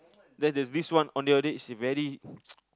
then there's this one Ondeh-Ondeh it's very